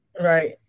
Right